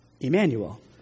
Emmanuel